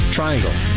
Triangle